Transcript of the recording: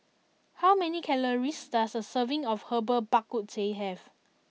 how many calories does a serving of Herbal Bak Ku Teh have